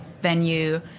venue